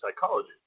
psychology